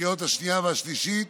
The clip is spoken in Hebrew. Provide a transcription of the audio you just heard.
בקריאות השנייה והשלישית